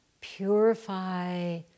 purify